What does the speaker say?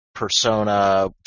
Persona